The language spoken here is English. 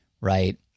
right